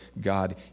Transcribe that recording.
God